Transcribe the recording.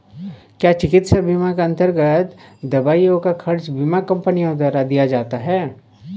क्या चिकित्सा बीमा के अन्तर्गत दवाइयों का खर्च बीमा कंपनियों द्वारा दिया जाता है?